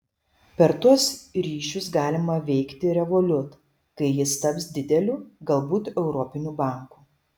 per tuos ryšius galima veikti revolut kai jis taps dideliu galbūt europiniu banku